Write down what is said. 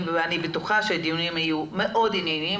ואני בטוחה שהדיונים יהיו מאוד ענייניים,